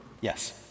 Yes